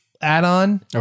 add-on